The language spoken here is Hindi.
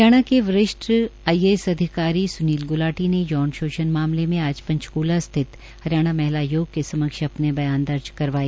हरियाणा के वरिष्ठ आईएएस अधिकारी सुनील गुलाटी ने यौन मामले मे अजा पंचकूला स्थित हरियाणा महिला आयोग के समक्ष बयान दर्ज करवाए